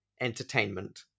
entertainment